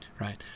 right